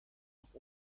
noch